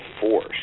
force